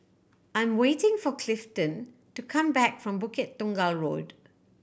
I'm waiting for Clifton to come back from Bukit Tunggal Road